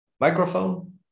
Microphone